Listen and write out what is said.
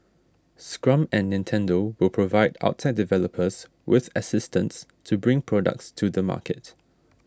Scrum and Nintendo will provide outside developers with assistance to bring products to the market